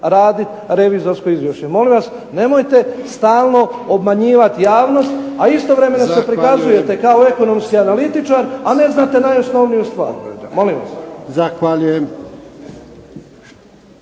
raditi revizorsko izvješće. Molim vas nemojte stalno obmanjivati javnost, a istovremeno se prikazujete kao ekonomski analitičar, a ne znate najosnovniju stvar. Molim vas!